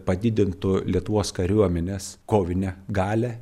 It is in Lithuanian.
padidintų lietuvos kariuomenės kovinę galią